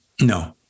No